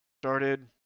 started